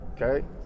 Okay